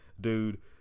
Dude